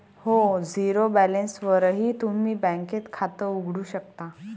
हो, झिरो बॅलन्सवरही तुम्ही बँकेत खातं उघडू शकता